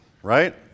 right